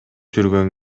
жүргөн